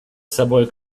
собой